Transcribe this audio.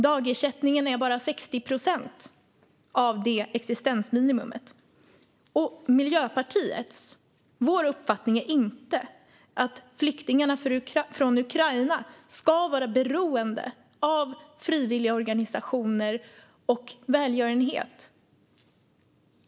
Dagersättningen är bara 60 procent av det existensminimumet. Miljöpartiets uppfattning är inte att flyktingarna från Ukraina ska vara beroende av frivilligorganisationer och välgörenhet.